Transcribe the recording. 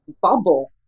bubble